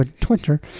Twitter